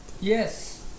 Yes